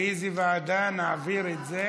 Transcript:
לאיזו ועדה נעביר את זה?